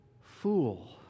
fool